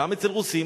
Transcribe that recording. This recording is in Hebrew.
גם אצל רוסים,